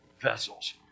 vessels